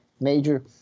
major